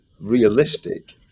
realistic